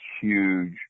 huge